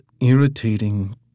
irritating